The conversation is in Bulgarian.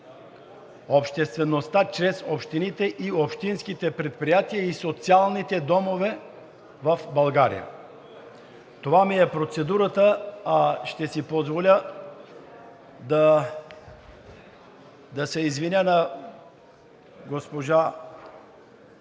обществеността чрез общините и общинските предприятия и социалните домове в България. Това ми е процедурата. Ще си позволя да се извиня на госпожа